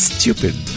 Stupid